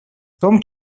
том